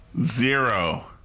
zero